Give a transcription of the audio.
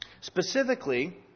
Specifically